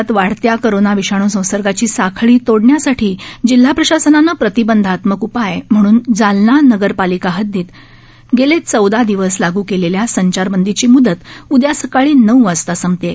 जालना शहरात वाढत्या कोरोना विषाणू संसर्गाची साखळी तोडण्यासाठी जिल्हा प्रशासनानं प्रतिबंधात्मक उपाय म्हणून जालना नगरपालिका हददीत गत चौदा दिवसांपासून लागू केलेल्या संचारबंदीची मुदत उदया सकाळी नऊ वाजता संपत आहे